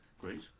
Great